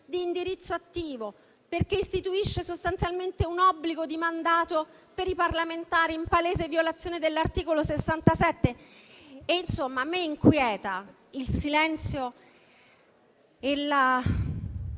di indirizzo attivo; perché istituisce sostanzialmente un obbligo di mandato per i parlamentari, in palese violazione dell'articolo 67. Insomma, a me inquieta il silenzio e